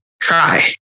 try